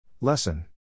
Lesson